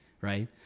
right